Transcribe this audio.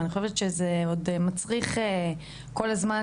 ואני חושבת שזה עוד מצריך כל הזמן